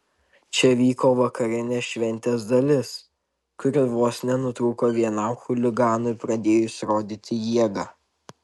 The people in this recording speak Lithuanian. čia vyko vakarinė šventės dalis kuri vos nenutrūko vienam chuliganui pradėjus rodyti jėgą